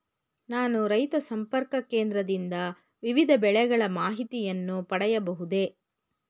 ನಾನು ರೈತ ಸಂಪರ್ಕ ಕೇಂದ್ರದಿಂದ ವಿವಿಧ ಬೆಳೆಗಳ ಮಾಹಿತಿಯನ್ನು ಪಡೆಯಬಹುದೇ?